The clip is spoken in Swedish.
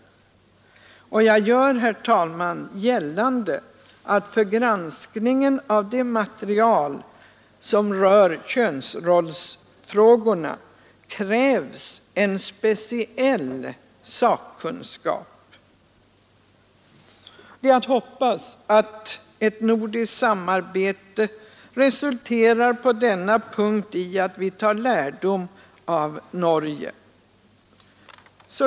Jag gör, herr talman, gällande att för granskningen av det material som rör könsrollsfrågorna krävs en speciell sakkunskap. Det är att hoppas att ett nordiskt samarbete resulterar i att vi på denna punkt tar lärdom av Norge. Herr talman!